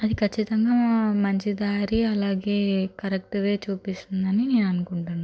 అది ఖచ్చితంగా మంచి దారి అలాగే కరెక్ట్ వే చూపిస్తుంది అని నేను అనుకుంటున్నాను